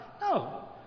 No